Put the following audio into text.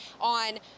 on